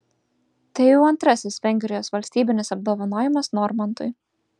tai jau antrasis vengrijos valstybinis apdovanojimas normantui